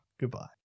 Goodbye